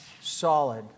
solid